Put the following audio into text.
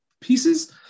pieces